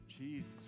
Jesus